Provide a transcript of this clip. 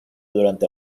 durante